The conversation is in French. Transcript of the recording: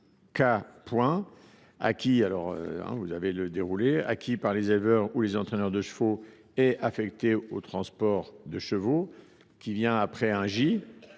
k. Acquis par les éleveurs ou les entraîneurs de chevaux et affectés au transport de chevaux. » à la suite